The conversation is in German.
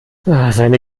seine